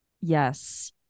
Yes